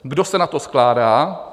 Kdo se na to skládá?